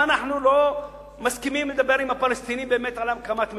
אנחנו לא מסכימים לדבר עם הפלסטינים באמת על הקמת מדינה,